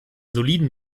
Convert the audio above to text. soliden